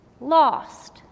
lost